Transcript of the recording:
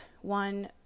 One